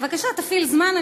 בבקשה, תפעיל זמן.